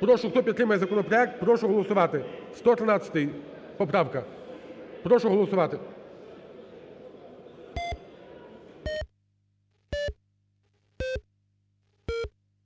Прошу, хто підтримує законопроект, прошу голосувати, 113 поправка. Прошу голосувати.